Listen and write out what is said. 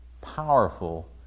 powerful